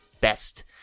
best